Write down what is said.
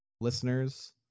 listeners